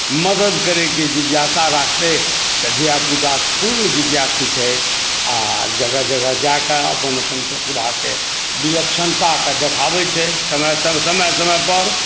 मदति करैके जिज्ञासा राखतै तऽ धिया पुता पूर्ण जिज्ञासु छै आओर जगह जगह जाकऽ अपन अपन प्रतिभाके विलक्षणताके देखाबै छै समय समयपर